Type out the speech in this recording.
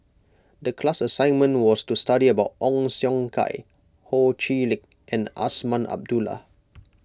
the class assignment was to study about Ong Siong Kai Ho Chee Lick and Azman Abdullah